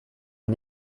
ihn